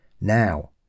Now